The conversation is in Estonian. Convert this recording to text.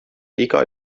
iga